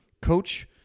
Coach